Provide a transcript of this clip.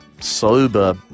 sober